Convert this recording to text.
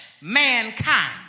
Mankind